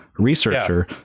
researcher